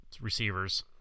receivers